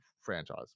Franchise